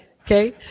Okay